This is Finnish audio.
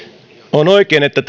on oikein että